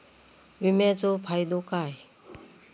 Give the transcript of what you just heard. विमाचो फायदो काय?